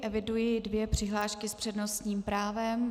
Eviduji dvě přihlášky s přednostním právem.